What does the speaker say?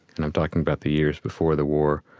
and i'm talking about the years before the war,